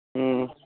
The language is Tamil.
ம் ம்